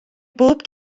bob